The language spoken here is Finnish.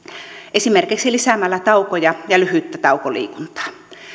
esimerkiksi lisäämällä taukoja ja lyhyttä taukoliikuntaa